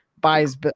buys